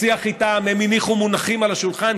בשיח איתם הם הניחו מונחים על השולחן,